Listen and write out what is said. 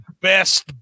best